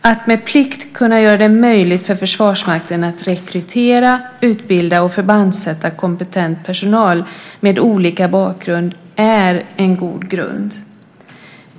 Att med plikt kunna göra det möjligt för Försvarsmakten att rekrytera, utbilda och förbandsätta kompetent personal med olika bakgrund är en god grund.